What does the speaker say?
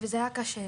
וזה היה קשה.